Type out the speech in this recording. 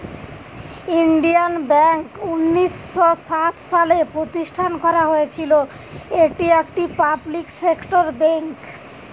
Indian bank উনিশ শ সাত সালে প্রতিষ্ঠান করা হয়েছিল, এটি একটি পাবলিক সেক্টর বেঙ্ক